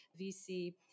VC